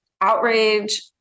outrage